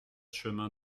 chemin